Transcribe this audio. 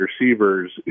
receivers